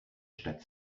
stadt